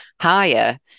higher